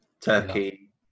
Turkey